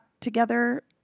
together